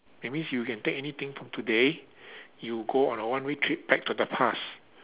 that means you can take anything from today you go on a one way trip back to the past